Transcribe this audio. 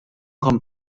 kommt